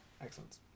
Excellent